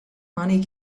money